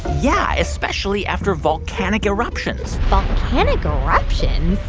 yeah, especially after volcanic eruptions volcanic um eruptions?